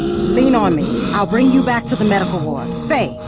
lean on me. i'll bring you back to the medical ward faye!